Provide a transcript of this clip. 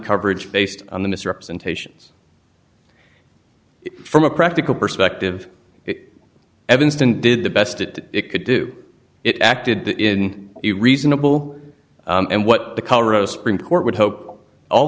coverage based on the misrepresentations from a practical perspective evanston did the best it could do it acted in a reasonable and what the colorado springs court would hope all